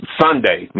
sunday